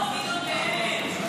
אנחנו עוברים להצבעה על